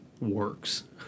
works